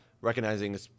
recognizing